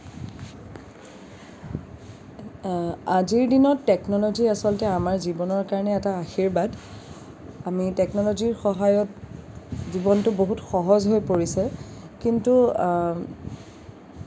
আজিৰ দিনত টেকন'ল'জী আচলতে আমাৰ জীৱনৰ কাৰণে এটা আশীৰ্বাদ আমি টেকন'ল'জীৰ সহায়ত জীৱনটো বহুত সহজ হৈ পৰিছে কিন্তু